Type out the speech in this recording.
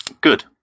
Good